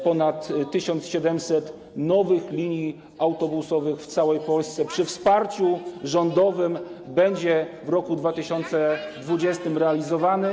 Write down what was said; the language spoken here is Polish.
Ponad 1700 nowych linii autobusowych w całej Polsce przy wsparciu rządowym będzie w roku 2020 realizowanych.